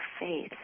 faith